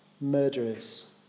murderers